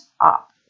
up